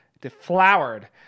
Deflowered